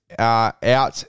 out